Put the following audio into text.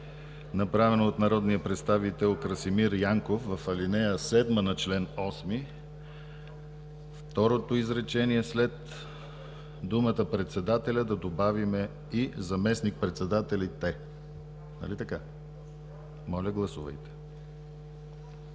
направено от народния представител Красимир Янков в ал. 7 на чл. 8 във второто изречение след думата „председателя“ да добавим „и заместник-председателите“. Моля, гласувайте. Гласували